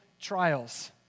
trials